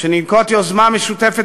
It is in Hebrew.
ננקוט יוזמה משותפת,